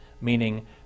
meaning